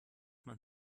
man